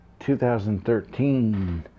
2013